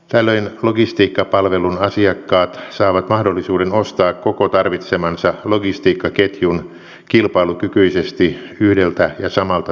tällöin logistiikkapalvelun asiakkaat saavat mahdollisuuden ostaa koko tarvitsemansa logistiikkaketjun kilpailukykyisesti yhdeltä ja samalta toimittajalta